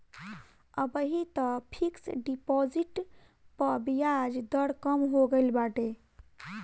अबही तअ fix deposit पअ बियाज दर कम हो गईल बाटे